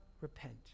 repent